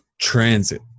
Transit